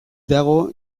dago